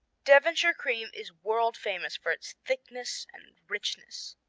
devonshire cream is world famous for its thickness and richness.